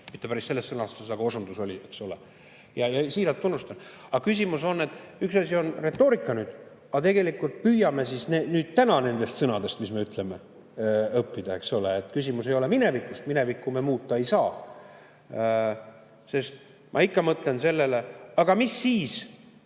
mitte päris selles sõnastuses, aga osundus oli. Siiralt tunnustan! Aga küsimus on, et üks asi on retoorika, aga püüame nüüd täna nendest sõnadest, mis me ütleme, õppida, eks ole. Küsimus ei ole minevikust, minevikku me muuta ei saa. Ma ikka mõtlen sellele, et millega